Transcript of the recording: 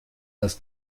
das